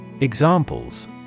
Examples